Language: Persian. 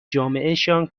جامعهشان